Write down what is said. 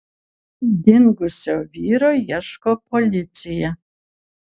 dingusio vyro ieško policija